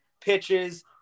pitches